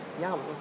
yum